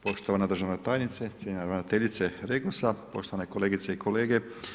Poštovana državna tajnice, cijenjena ravnateljice REGOS-a, poštovane kolegice i kolege.